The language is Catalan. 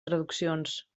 traduccions